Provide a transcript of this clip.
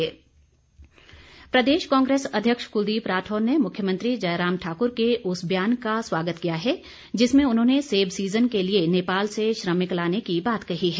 राठौर प्रदेश कांग्रेस अध्यक्ष कुलदीप राठौर ने मुख्यमंत्री जयराम ठाकुर के उस बयान का स्वागत किया है जिसमें उन्होंने सेब सीजन के लिए नेपाल से श्रमिक लाने की बात कही है